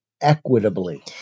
equitably